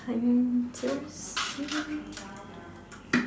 I'm thirsty